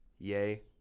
Yay